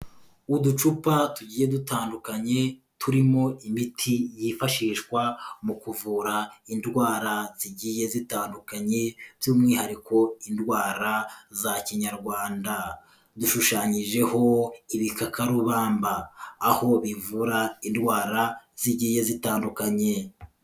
Uducupa tugiye dutandukanye, turimo imiti yifashishwa mu kuvura indwara zigiye zitandukanye, by'umwihariko indwara za kinyarwanda. Dushushanyijeho ibikakarubamba, aho bivura indwara zigiye zitandukanye.